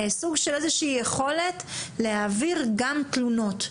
סוג של איזו שהיא יכולת להעביר גם תלונות.